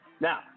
Now